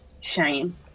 Shame